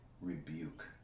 rebuke